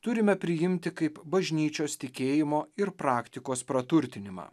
turime priimti kaip bažnyčios tikėjimo ir praktikos praturtinimą